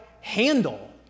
handle